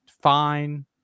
fine